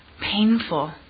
painful